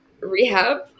rehab